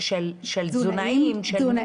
של תזונאים?